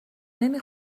نمی